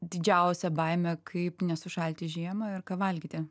didžiausią baimė kaip nesušalti žiemą ir ką valgyti